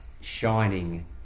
shining